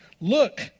look